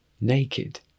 naked